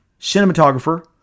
cinematographer